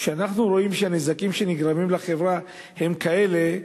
כשאנחנו רואים שהנזקים שנגרמים לחברה הם כאלה,